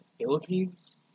Philippines